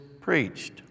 preached